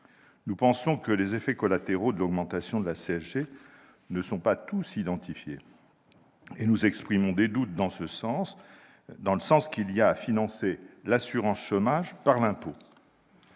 Nous pensons que les effets collatéraux de l'augmentation de la CSG ne sont pas tous identifiés. Nous exprimons de doutes sur le sens qu'il y a à financer l'assurance chômage par l'impôt.